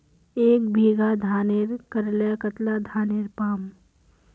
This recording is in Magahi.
एक बीघा धानेर करले कतला धानेर पाम?